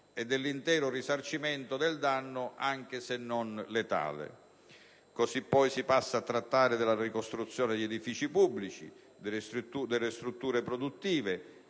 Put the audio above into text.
e dell'intero risarcimento del danno, anche se non letale. Si passa poi a trattare della ricostruzione degli edifici pubblici, delle strutture produttive,